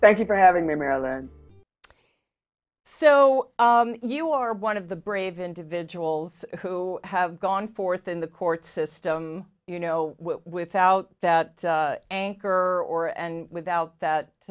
thank you for having me marilyn so you are one of the brave individuals who have gone forth in the court system you know without that anchor or and without that